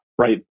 right